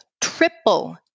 triple